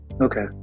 Okay